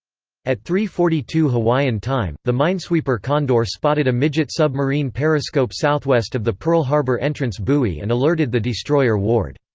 at three forty two hawaiian time, the minesweeper condor spotted a midget submarine periscope southwest of the pearl harbor entrance buoy and alerted the destroyer ward.